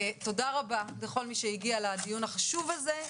תודה רבה לכל מי שהגיע לדיון החשוב הזה.